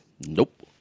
Nope